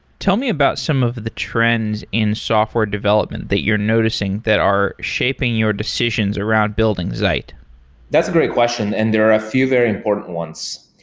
tell me about some of the trends in software development that you're noticing that are shaping your decisions around building zeit that's a great questions, and there are a few very important ones.